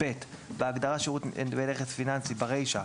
בהגדרה "שירות בנכס פיננסי", ברישה,